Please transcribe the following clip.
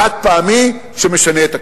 חד-פעמי, שמשנה את הכללים.